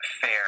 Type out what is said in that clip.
fair